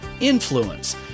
influence